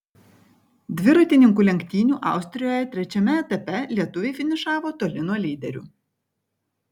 dviratininkų lenktynių austrijoje trečiame etape lietuviai finišavo toli nuo lyderių